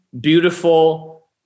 beautiful